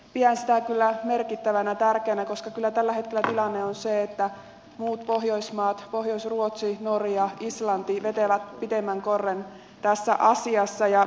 pidän sitä kyllä merkittävänä ja tärkeänä koska kyllä tällä hetkellä tilanne on se että muut pohjoismaat pohjois ruotsi norja islanti vetävät pitemmän korren tässä asiassa